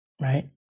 right